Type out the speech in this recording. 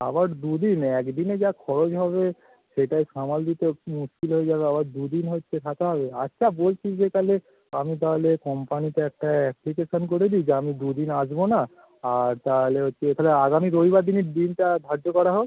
আবার দু দিন এক দিনে যা খরচ হবে সেটাই সামাল দিতে মুশকিল হয়ে যাবে আবার দু দিন হচ্ছে থাকা হবে আচ্ছা বলছি যে তাহলে আমি তাহলে কম্পানিতে একটা অ্যাপ্লিকেশান করে দিই যে আমি দু দিন আসবো না আর তাহলে হচ্ছে তাহলে আগামী রবিবার দিনই দিনটা ধার্য করা হোক